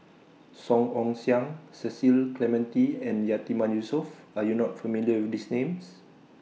Song Ong Siang Cecil Clementi and Yatiman Yusof Are YOU not familiar with These Names